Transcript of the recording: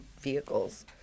vehicles